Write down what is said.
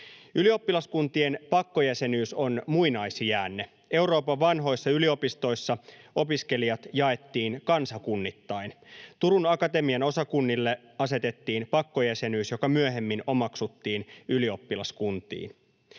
Ylioppilaskuntien pakkojäsenyys on muinaisjäänne. Euroopan vanhoissa yliopistoissa opiskelijat jaettiin kansakunnittain. Turun akatemian osakunnille asetettiin pakkojäsenyys, joka myöhemmin omaksuttiin ylioppilaskuntiin.